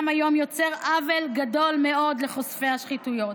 היום יוצר עוול גדול מאוד לחושפי שחיתויות.